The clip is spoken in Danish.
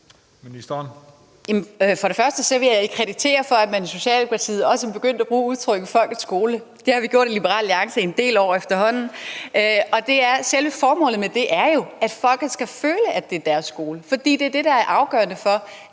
Riisager): Først vil jeg kreditere Socialdemokratiet for, at man også er begyndt at bruge udtrykket folkets skole. Det har vi gjort i Liberal Alliance i en del år efterhånden. Selve formålet med det er jo, at folket skal føle, at det er deres skole, for det, der er afgørende for,